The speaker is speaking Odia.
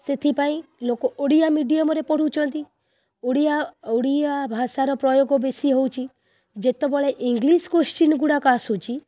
ସେଥିପାଇଁ ଲୋକ ଓଡ଼ିଆ ମିଡ଼ିଅମ୍ରେ ପଢ଼ୁଚଛନ୍ତି ଓଡ଼ିଆ ଓଡ଼ିଆ ଭାଷାର ପ୍ରୟୋଗ ବେଶୀ ହେଉଛି ଯେତୋବେଳେ ଇଂଲିଶ୍ କୋଶ୍ଚିନ୍ଗୁଡ଼ାକ ଆସୁଛି